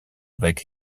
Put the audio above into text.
avec